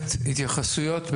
התייחסויות.